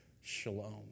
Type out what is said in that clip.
shalom